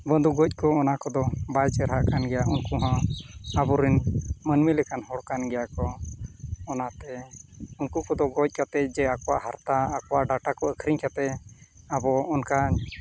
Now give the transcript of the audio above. ᱵᱚᱱᱫᱩᱠ ᱜᱚᱡ ᱠᱚ ᱚᱱᱟ ᱠᱚᱫᱚ ᱵᱟᱭ ᱪᱮᱨᱦᱟᱜ ᱠᱟᱱ ᱜᱮᱭᱟ ᱩᱱᱠᱩ ᱦᱚᱸ ᱟᱵᱚᱨᱤᱱ ᱢᱟᱹᱱᱢᱤ ᱞᱮᱠᱟᱱ ᱦᱚᱲ ᱠᱟᱱ ᱜᱮᱭᱟ ᱠᱚ ᱚᱱᱟᱛᱮ ᱩᱱᱠᱩ ᱠᱚᱫᱚ ᱜᱚᱡᱠᱟᱛᱮᱫ ᱡᱮ ᱟᱠᱚᱣᱟᱜ ᱦᱟᱨᱛᱟ ᱟᱠᱚᱣᱟᱜ ᱰᱟᱴᱟ ᱠᱚ ᱟᱹᱠᱷᱨᱤᱧ ᱠᱟᱛᱮᱫ ᱟᱵᱚ ᱚᱱᱠᱟᱱ